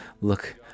Look